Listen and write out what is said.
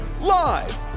live